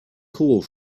core